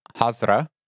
Hazra